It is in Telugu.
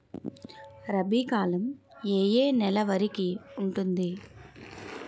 రబీ కాలం ఏ ఏ నెల వరికి ఉంటుంది?